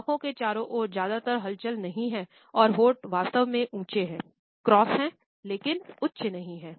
आँखों के चारों ओर ज्यादा हलचल नहीं है और होंठ वास्तव में ऊँचे हैं क्रॉस हैं लेकिन उच्च नहीं हैं